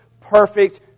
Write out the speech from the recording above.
perfect